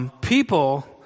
people